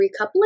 recoupling